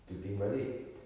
to think balik